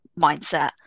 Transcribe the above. mindset